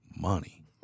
money